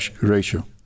ratio